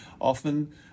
Often